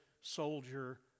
soldier